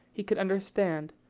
he could understand,